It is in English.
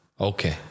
Okay